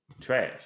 trash